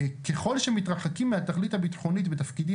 ככל שמתרחקים מהתכלית הביטחונית בתפקידים